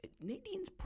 Nadine's